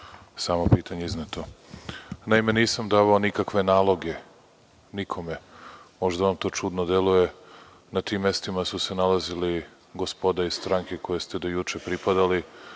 samo pitanje izneto. Naime, nisam davao nikakve naloge, nikome. Možda vam to čudno deluje, na tim mestima su se nalazili gospoda iz stranke kojoj ste do juče pripadali.